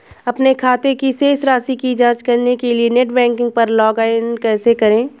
अपने खाते की शेष राशि की जांच करने के लिए नेट बैंकिंग पर लॉगइन कैसे करें?